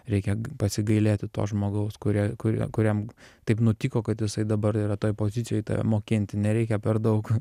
reikia g pasigailėti to žmogaus kurie kuria kuriam taip nutiko kad jisai dabar yra toj pozicijoj tave mokinti nereikia per daug